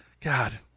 God